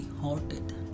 halted